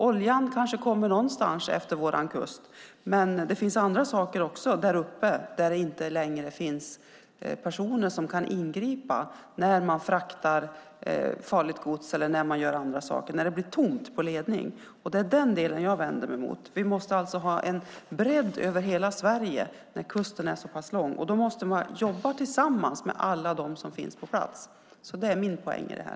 Oljan kanske kommer någonstans efter vår kust, men det kan också hända andra saker där uppe där det inte längre finns personer som kan ingripa - när man fraktar farligt gods eller gör andra saker - när det är tomt på ledning. Det är den delen jag vänder mig mot. Vi måste alltså ha en bredd över hela Sverige när kusten är så pass lång, och då måste man jobba tillsammans med alla dem som finns på plats. Det är min poäng i det här.